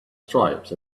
stripes